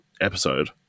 episode